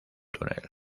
túnel